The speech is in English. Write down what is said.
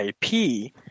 IP